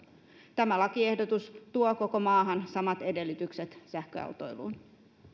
tämä lakiehdotus tuo koko maahan samat edellytykset sähköautoiluun